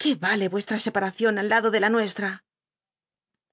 qué ale uestra scpatacion al lado de la nuestra